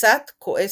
קצת כועסת.